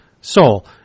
soul